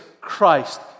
Christ